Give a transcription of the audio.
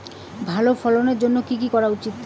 ভালো ফলনের জন্য কি কি করা উচিৎ?